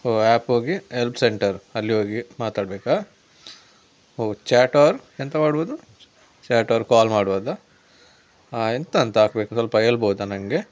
ಓಹ್ ಆ್ಯಪ್ಗೆ ಹೋಗಿ help centre ಅಲ್ಲಿ ಹೋಗಿ ಮಾತಾಡ್ಬೇಕಾ ಓಹ್ ಚಾಟ್ ಓರ್ ಎಂಥ ಮಾಡ್ಬೋದು ಚಾಟ್ ಓರ್ ಕಾಲ್ ಮಾಡ್ಬೋದಾ ಎಂತ ಅಂತ ಹಾಕ್ಬೇಕು ಸ್ವಲ್ಪ ಹೇಳ್ಬೋದ ನನಗೆ